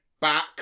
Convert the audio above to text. back